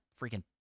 freaking